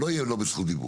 לא יהיה לא בזכות דיבור.